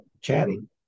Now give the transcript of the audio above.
chatting